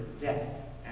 debt